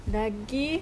lagi